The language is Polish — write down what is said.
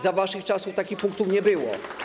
Za waszych czasów takich punktów nie było.